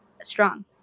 strong